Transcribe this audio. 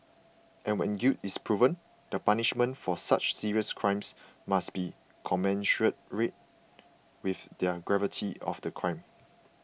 and when guilt is proven the punishment for such serious crimes must be commensurate with the gravity of the crime